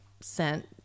sent